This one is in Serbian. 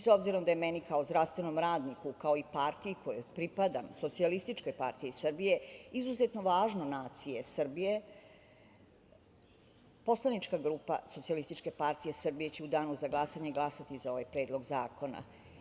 S obzirom da je meni kao zdravstvenom radniku, kao i partiji kojoj pripadam, Socijalističkoj partiji Srbije, izuzetno važna nacija Srbije, poslanička grupa SPS će u danu za glasanje glasati za ovaj predlog zakona.